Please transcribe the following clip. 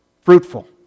fruitful